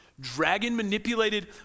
dragon-manipulated